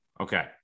okay